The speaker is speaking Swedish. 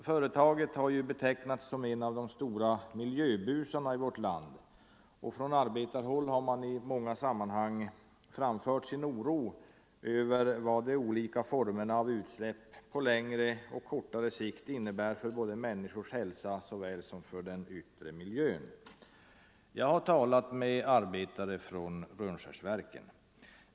Företaget har betecknats som en av de stora ”miljöbusarna” i vårt land, och från arbetarhåll har man i många olika sammanhang framfört sin oro över vad de olika formerna av utsläpp på längre och kortare sikt innebär både för människors hälsa och för den yttre miljön. Jag har talat med arbetare från Rönnskärsverken.